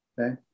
Okay